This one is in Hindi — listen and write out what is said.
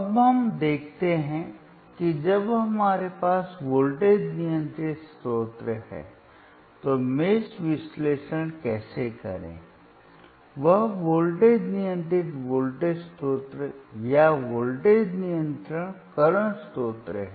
अब हम देखते हैं कि जब हमारे पास वोल्टेज नियंत्रित स्रोत हैं तो मेष विश्लेषण कैसे करें वह वोल्टेज नियंत्रित वोल्टेज स्रोत या वोल्टेज नियंत्रण करंट स्रोत है